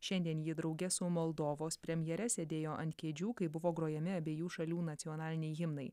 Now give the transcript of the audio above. šiandien ji drauge su moldovos premjere sėdėjo ant kėdžių kai buvo grojami abiejų šalių nacionaliniai himnai